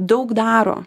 daug daro